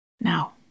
Now